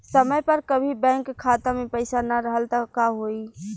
समय पर कभी बैंक खाता मे पईसा ना रहल त का होई?